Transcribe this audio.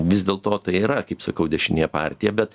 vis dėl to tai yra kaip sakau dešinė partija bet